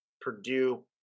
Purdue